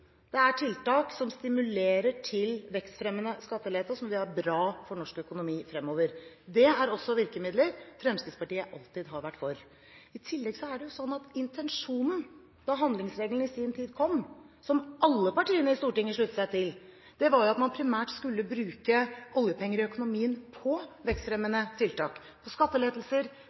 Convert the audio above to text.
det er tiltak som stimulerer til vekstfremmende skattelette, som vil være bra for norsk økonomi fremover. Det er også virkemidler Fremskrittspartiet alltid har vært for. I tillegg var intensjonen da handlingsregelen i sin tid kom, og som alle partiene i Stortinget sluttet seg til, at man primært skulle bruke oljepenger i økonomien på vekstfremmende tiltak: på skattelettelser